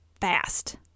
fast